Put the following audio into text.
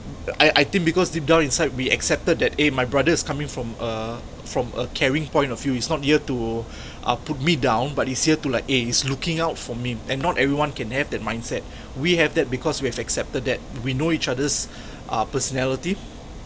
I I think because deep down inside we accepted that eh my brother is coming from a from a caring point of view he is not here to uh put me down but is here to like eh he's looking out for me and not everyone can have that mindset we have that because we have accepted that we know each other's uh personality